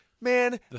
man